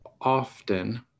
often